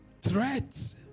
Threats